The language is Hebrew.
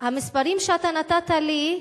המספרים שאתה נתת לי,